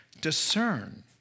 discern